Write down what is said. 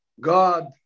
God